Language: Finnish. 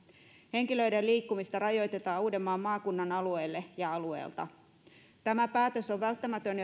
henkilöiden liikkumista rajoitetaan uudenmaan maakunnan alueelle ja alueelta tämä päätös on välttämätön